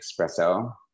espresso